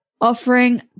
offering